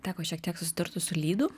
teko šiek tiek susidurti su lydu